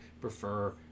prefer